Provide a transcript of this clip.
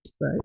right